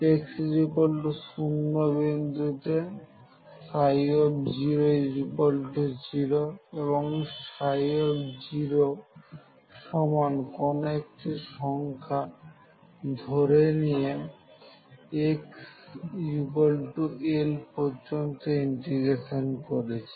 x0 বিন্দুতে 00 এবং সমান কোন একটি সংখ্যা ধরে নিয়ে xL পর্যন্ত ইন্টিগ্রেশন করেছি